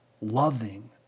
loving